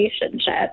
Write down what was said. relationship